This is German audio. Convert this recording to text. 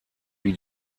wie